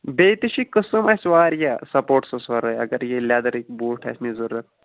بیٚیہِ تہِ چھِی قٕسٕم اَسہِ واریاہ سَپوٹٕسس وَرٲے اگر یہِ لٮ۪دٕرٕکۍ بوٗٹھ آسٕنٕے ضوٚرتھ